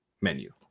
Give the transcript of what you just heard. menu